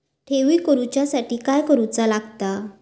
ठेवी करूच्या साठी काय करूचा लागता?